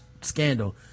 Scandal